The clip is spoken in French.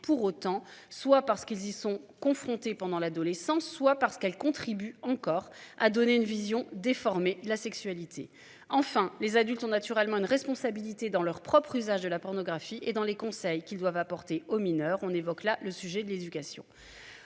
Pour autant, soit parce qu'ils y sont confrontés pendant l'adolescence, soit parce qu'elle contribue encore à donner une vision déformée la sexualité. Enfin, les adultes ont naturellement une responsabilité dans leur propre usage de la pornographie et dans les conseils qu'ils doivent apporter aux mineurs on évoque là le sujet de l'éducation.